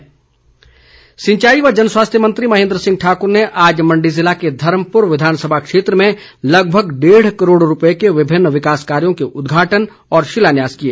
महेन्द्र सिंह सिंचाई व जन स्वास्थ्य मंत्री महेन्द्र सिंह ठाक्र ने आज मण्डी ज़िले के धर्मपुर विधानसभा क्षेत्र में लगभग डेढ़ करोड़ रूपए के विभिन्न विकास कार्यों के उद्घाटन व शिलान्यास किए